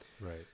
Right